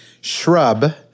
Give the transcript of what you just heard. shrub